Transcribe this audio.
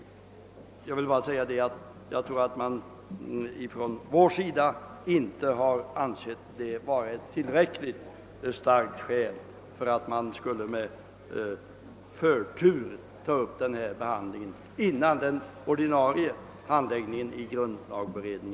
Men på vår sida har vi inte ansett det vara ett tillräckligt starkt skäl för att behandla frågan med förtur, innan grundlagberedningen handlagt ärendet inom ramen av sitt uppdrag.